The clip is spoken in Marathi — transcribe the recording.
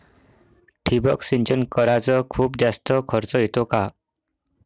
ठिबक सिंचन कराच खूप जास्त खर्च येतो का?